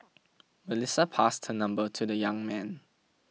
Melissa passed her number to the young man